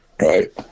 right